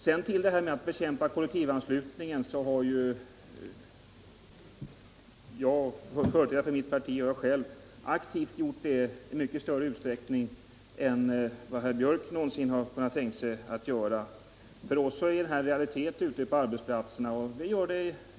Företrädare för mitt parti och jag själv har aktivt kämpat mot kollektivanslutningen i mycket större utsträckning än herr Björck någonsin har kunnat tänka sig att göra. För oss är kollektivanslutningen en realitet ute på arbetsplatserna.